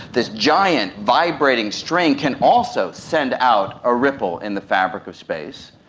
this giant vibrating string can also send out a ripple in the fabric of space.